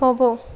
થોભો